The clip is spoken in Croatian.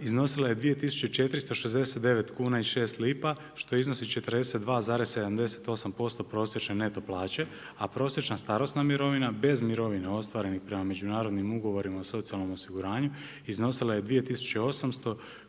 iznosila je 2469 kuna i 6 lipa što iznosi 42,78% prosječne neto plaće, a prosječna starosna mirovina bez mirovina ostvarenih prema međunarodnim ugovorima o socijalnom osiguranju iznosila je 2800 kuna 76 lipa